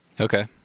Okay